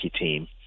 team